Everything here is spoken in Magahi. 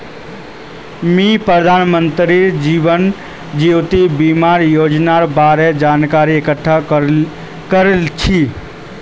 मी प्रधानमंत्री जीवन ज्योति बीमार योजनार बारे जानकारी इकट्ठा कर छी